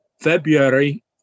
February